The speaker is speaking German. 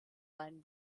seinen